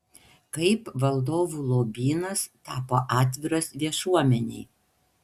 kaip valdovų lobynas tapo atviras viešuomenei